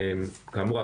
כאמור,